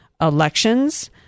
elections